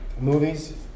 movies